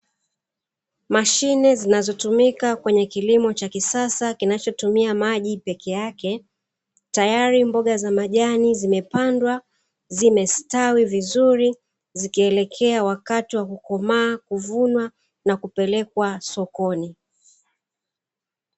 Mashine zinazotumika kwenye kilimo cha kisasa kinachotumia maji peke ake, tayari mboga za majani zimepandwa, zimestawi vizuri, zikielekea wakati wa kukomaa, kuvunwa na kupelekwa sokoni.